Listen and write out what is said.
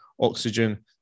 Oxygen